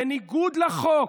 בניגוד לחוק,